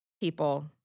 people